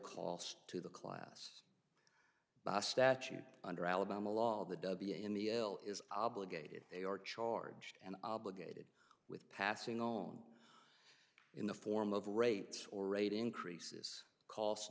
cost to the class by statute under alabama law the dubby in the l is obligated they are charged and obligated with passing on in the form of rates or rate increases costs